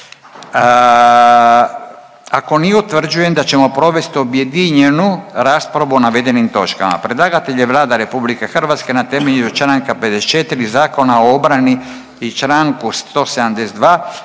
Ako nije, utvrđujem da ćemo provest objedinjenu raspravu o navedenim točkama. Predlagatelj je Vlada RH na temelju čl. 54. Zakona o obrani i čl. 172.